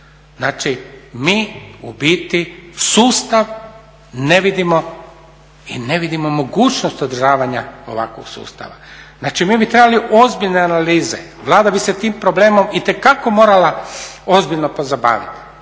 Znači, mi u biti sustav ne vidimo i ne vidimo mogućnost održavanja ovakvog sustava. Znači, mi bi trebali ozbiljne analize, Vlada bi se tim problemom itekako morala ozbiljno pozabaviti